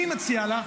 אני מציע לך,